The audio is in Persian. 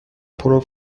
پرو